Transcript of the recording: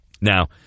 Now